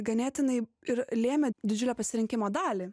ganėtinai ir lėmė didžiulę pasirinkimo dalį